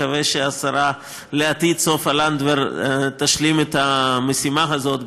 מקווה שהשרה לעתיד סופה לנדבר תשלים את המשימה הזאת.